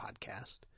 podcast